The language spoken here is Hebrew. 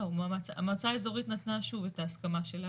המועצה האזורית נתנה את ההסכמה שלה.